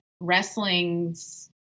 wrestling's